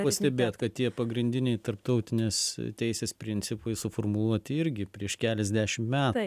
pastebėt kad tie pagrindiniai tarptautinės teisės principai suformuluoti irgi prieš keliasdešimt metų